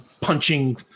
punching